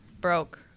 broke